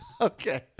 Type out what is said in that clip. Okay